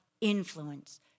influence